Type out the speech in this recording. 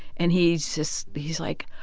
and he's just he's, like,